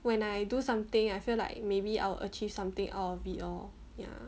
when I do something I feel like maybe I will achieve something out of it loh ya